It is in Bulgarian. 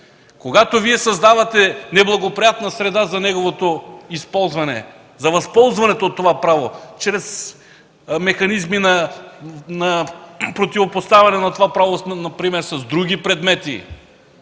Когато създавате неблагоприятна среда за неговото използване, за възползването от това право чрез механизми на противопоставяне на това право например с други предмети,